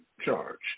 charge